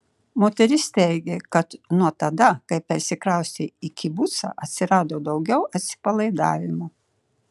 moteris teigė kad nuo tada kai persikraustė į kibucą atsirado daugiau atsipalaidavimo